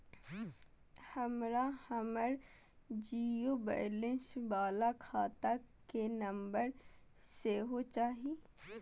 हमरा हमर zero balance बाला खाता के नम्बर सेहो चाही